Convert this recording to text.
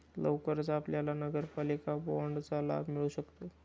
लवकरच आपल्याला नगरपालिका बाँडचा लाभ मिळू शकतो